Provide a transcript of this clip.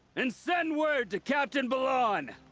and send word to captain balahn!